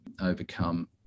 overcome